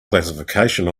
classification